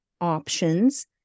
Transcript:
options